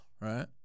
right